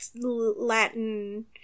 Latin